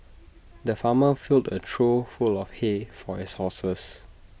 the farmer filled A trough full of hay for his horses